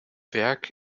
werk